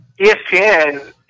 ESPN